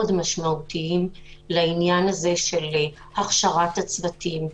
משמעותיים לעניין של הכשרת הצוותים,